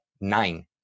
nine